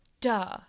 duh